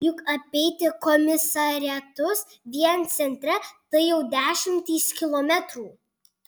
juk apeiti komisariatus vien centre tai jau dešimtys kilometrų